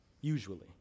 usually